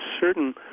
certain